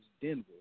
Denver